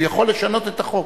הוא יכול לשנות את החוק.